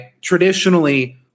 traditionally